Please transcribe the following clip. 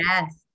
Yes